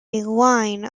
line